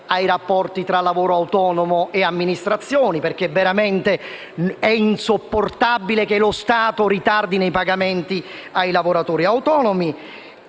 ai rapporti tra lavoro autonomo e amministrazioni (perché è veramente insopportabile che lo Stato ritardi i pagamenti ai lavoratori autonomi),